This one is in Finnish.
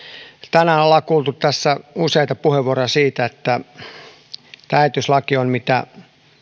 tänään ollaan tässä kuultu useita puheenvuoroja siitä että tämä äitiyslaki on mitä